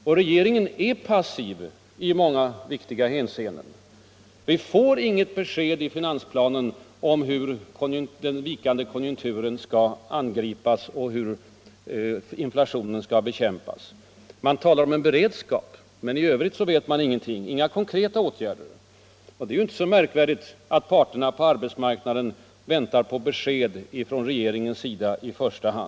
Och regeringen är passiv i många viktiga hänseenden. Vi får i finansplanen inget besked om hur den vikande konjunkturen skall angripas och hur inflationen skall bekämpas. Man talar om ”beredskap”, men i övrigt ges inga besked. Inga förslag till konkreta åtgärder preciseras. Det är ju inte så märkligt att parterna på arbetsmarknaden därför avvaktar vad i första hand regeringen avser att göra.